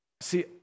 See